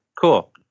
cool